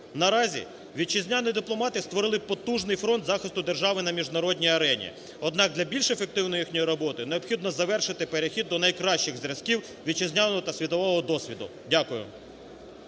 Наразі вітчизняні дипломати створили потужний фронт захисту держави на міжнародній арені. Однак для більш ефективної їхньої роботи необхідно завершити перехід до найкращих зразків вітчизняного та світового досвіду. Дякую.